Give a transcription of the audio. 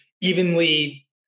evenly